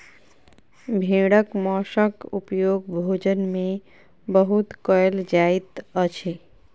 भेड़क मौंसक उपयोग भोजन में बहुत कयल जाइत अछि